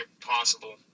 possible